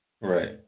right